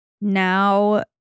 now